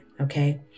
okay